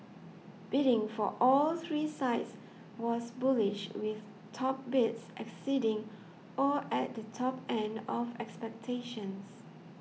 bidding for all three sites was bullish with top bids exceeding or at the top end of expectations